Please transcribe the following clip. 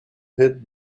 hid